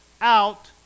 out